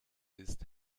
ist